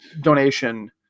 donation